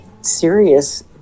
serious